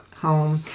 home